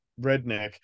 redneck